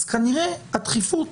אז כנראה הדחיפות